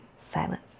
silence